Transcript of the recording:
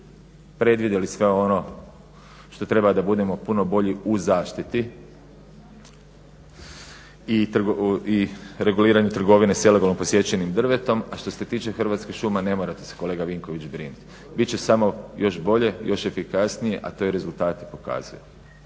Hrvatskih šuma ne morate se kolega Vinković brinuti, bit će samo još bolje, još efikasnije a to i rezultati pokazuju.